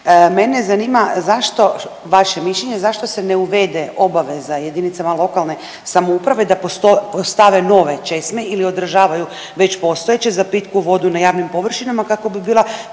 Mene zanima zašto, vaše mišljenje zašto se ne uvede obaveza jedinicama lokalne samouprave da postave nove česme ili održavaju već postojeće za pitku vodu na javnim površinama kako bi bila